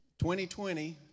2020